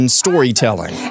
storytelling